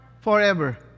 forever